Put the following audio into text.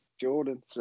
Jordan